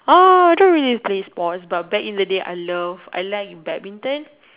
oh don't really play sport but back in the day you know I like badminton